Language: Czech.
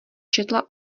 četla